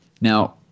Now